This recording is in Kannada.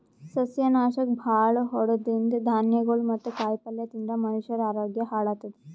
ಸಸ್ಯನಾಶಕ್ ಭಾಳ್ ಹೊಡದಿದ್ದ್ ಧಾನ್ಯಗೊಳ್ ಮತ್ತ್ ಕಾಯಿಪಲ್ಯ ತಿಂದ್ರ್ ಮನಷ್ಯರ ಆರೋಗ್ಯ ಹಾಳತದ್